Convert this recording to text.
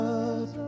up